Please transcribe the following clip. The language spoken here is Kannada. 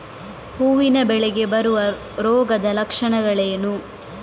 ಹೂವಿನ ಬೆಳೆಗೆ ಬರುವ ರೋಗದ ಲಕ್ಷಣಗಳೇನು?